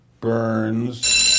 Burns